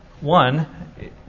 One